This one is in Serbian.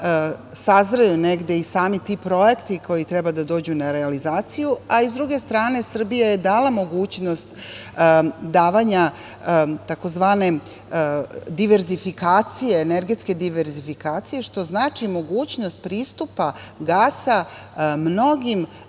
sazru sami ti projekti koji treba da dođu na realizaciju, a i, sa druge strane, Srbija je dala mogućnost davanja tzv. diverzifikacije, energetske diverzifikacije, što znači mogućnost pristupa gasa mnogim